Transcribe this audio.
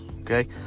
okay